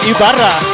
Ibarra